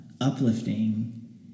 uplifting